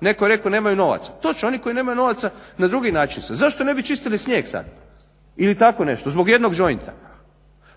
Netko je rekao nemaju novaca. Točno oni koji nemaju novaca na drugi način su. Zašto ne bi čistili snijeg sad? Ili tako nešto? Zbog jednog jointa?